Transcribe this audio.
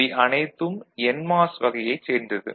இவை அனைத்தும் என்மாஸ் வகையைச் சேர்ந்தது